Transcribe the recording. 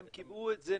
הם קבעו את זה,